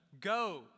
Go